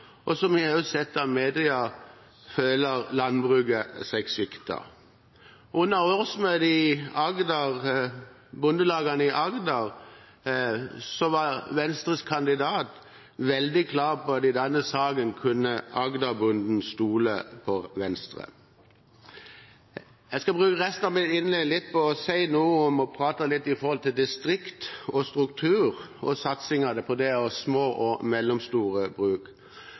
Og som vi har sett i media, føler landbruket seg sviktet. Under årsmøtet i bondelagene i Agder var Venstres kandidat veldig klar på at i denne saken kunne Agder-bonden stole på Venstre. Jeg skal bruke resten av mitt innlegg til å si noe om, prate litt om, distrikt og struktur og satsingene på små og mellomstore bruk.